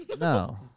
No